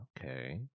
Okay